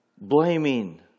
blaming